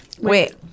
Wait